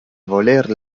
voler